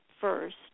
first